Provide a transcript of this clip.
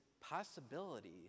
possibility